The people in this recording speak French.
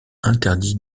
interdit